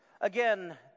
Again